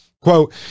quote